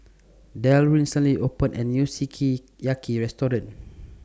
Del recently opened A New Sukiyaki Restaurant